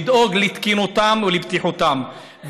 לדאוג לתקינותם ולבטיחותם.